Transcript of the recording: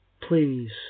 please